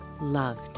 loved